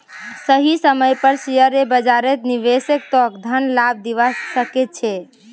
सही समय पर शेयर बाजारत निवेश तोक धन लाभ दिवा सके छे